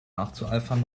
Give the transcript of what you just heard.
nachzueifern